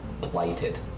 blighted